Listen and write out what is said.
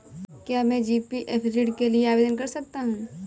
क्या मैं जी.पी.एफ ऋण के लिए आवेदन कर सकता हूँ?